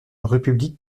république